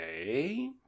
Okay